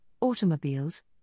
automobiles